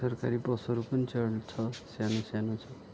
सरकारी बसहरू पनि छ सानो सानो छ